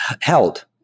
held